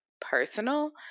personal